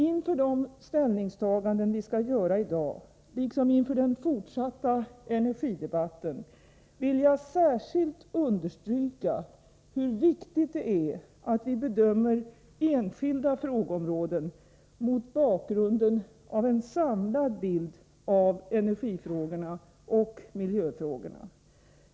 Inför de ställningstaganden vi skall göra i dag liksom inför den fortsatta engergidebatten vill jag särskilt understryka, hur viktigt det är att vi bedömer enskilda frågeområden mot bakgrunden av en samlad bild av energifrågorna och miljöfrågorna.